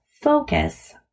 focus